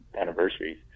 anniversaries